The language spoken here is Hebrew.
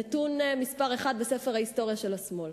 נתון מספר אחת בספר ההיסטוריה של השמאל.